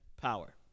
power